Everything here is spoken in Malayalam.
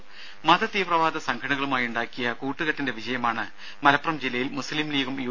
രും മതതീവ്രവാദ സംഘടനകളുമായുണ്ടാക്കിയ കൂട്ടുകെട്ടിന്റെ വിജയമാണ് മലപ്പുറം ജില്ലയിൽ മുസ്ലീംലീഗും യു